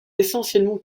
essentiellement